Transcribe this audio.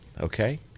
Okay